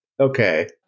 Okay